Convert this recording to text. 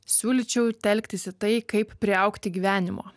siūlyčiau telktis į tai kaip priaugti gyvenimo